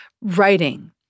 writing